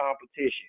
competition